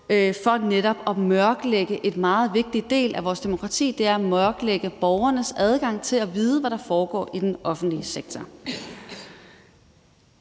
for netop at mørklægge en meget vigtig del af vores demokrati, altså at mørklægge borgernes adgang til at vide, hvad der foregår i den offentlige sektor.